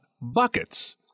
buckets